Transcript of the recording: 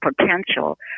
potential